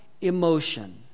emotion